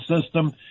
system